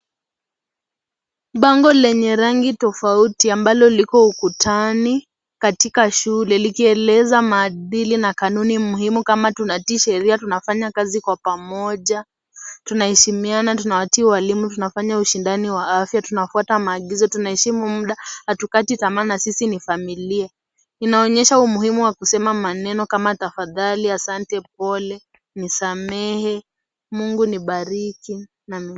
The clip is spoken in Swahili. Bango lenye rangi tofauti ambalo liko ukutani katika shule, likieleza maadili na kanuni muhimu kama tunatii sheria, tunafanya kazi kwa pamoja, tunaheshimiana, tunawatii walimu, tunafanya ushindani wa afya, tunafuata maagizo, tunaheshimu muda, hatukati tamaa na sisi ni familia. Inaonyesha umuhimu wa kusema maneno kama tafadhali,, asante, pole, nisamehe, mungu nibariki.